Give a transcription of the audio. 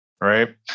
right